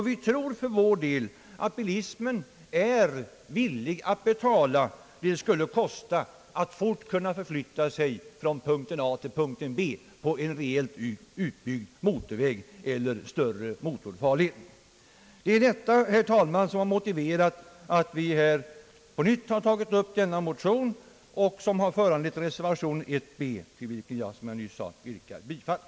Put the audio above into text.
Vi tror att bilismen är villig att betala vad det skulle kosta att snabbt kunna förflytta sig från punkten A till punkten B på en rejält utbyggd motorväg eller större motorfarled. Det är detta, herr talman, som motiverar att vi på nytt väckt den motion som har föranlett reservation b, till vilken jag yrkar bifall.